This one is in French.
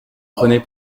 prenez